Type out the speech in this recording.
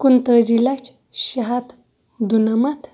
کُنتٲجی لَچھ شےٚ ہَتھ دُنَمَتھ